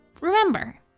remember